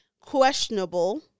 questionable